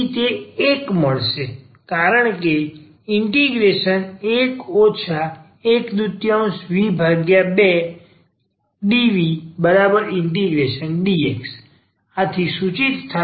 તેથી 1 મળે છે કારણ કે 1 12v2 dvdx સૂચિત થાય છે